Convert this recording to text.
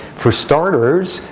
for starters,